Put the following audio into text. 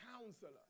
Counselor